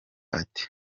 ati